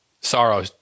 sorrow